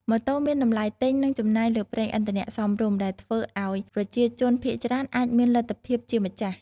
ម៉ូតូមាន តម្លៃទិញ និងចំណាយលើប្រេងឥន្ធនៈ សមរម្យ ដែលធ្វើឱ្យប្រជាជនភាគច្រើនអាចមានលទ្ធភាពជាម្ចាស់ ។